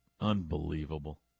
unbelievable